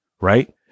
right